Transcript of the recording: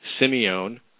Simeone